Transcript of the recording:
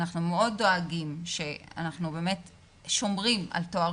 אנחנו מאוד דואגים ושומרים על תואר